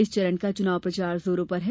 इस चरण का चुनाव प्रचार जोरो पर है